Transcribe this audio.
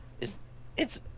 It's-